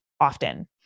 often